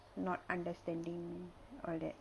not understanding all that